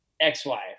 ex-wife